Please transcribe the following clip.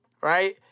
Right